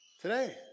today